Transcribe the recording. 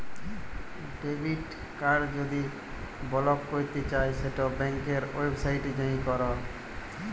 debit card যদি block ক্যরতে চাই সেট ব্যাংকের ওয়েবসাইটে যাঁয়ে ক্যর